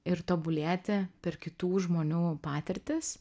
ir tobulėti per kitų žmonių patirtis